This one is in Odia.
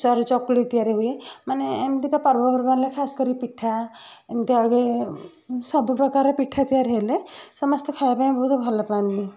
ସରୁ ଚକୁଳି ତିଆରି ହୁଏ ମାନେ ଏମିତିକା ପର୍ବପର୍ବାଣିରେ ଖାସ କରି ପିଠା ଏମିତି ଆଗେ ସବୁ ପ୍ରକାରର ପିଠା ତିଆରି ହେଲେ ସମସ୍ତେ ଖାଇବା ପାଇଁ ବହୁତ ଭଲପାଆନ୍ତି